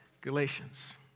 Galatians